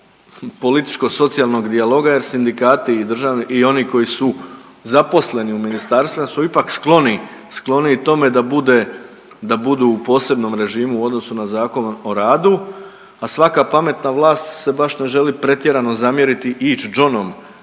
političko socijalnog dijaloga jer sindikati i oni koji su zaposleni u ministarstvima su ipak skloni tome da budu u posebnom režimu u odnosu na Zakon o radu, a svaka pametna vlast se baš ne želi pretjerano zamjeriti i ić džonom